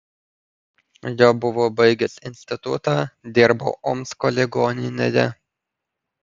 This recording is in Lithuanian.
jau buvau baigęs institutą dirbau omsko ligoninėje